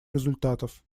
результатов